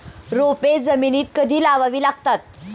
रोपे जमिनीत कधी लावावी लागतात?